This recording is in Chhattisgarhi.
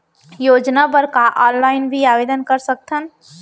योजना बर का ऑनलाइन भी आवेदन कर सकथन?